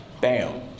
bam